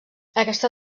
aquesta